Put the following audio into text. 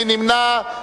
מי נמנע?